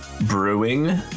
brewing